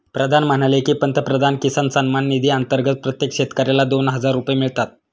प्रधान म्हणाले की, पंतप्रधान किसान सन्मान निधी अंतर्गत प्रत्येक शेतकऱ्याला दोन हजार रुपये मिळतात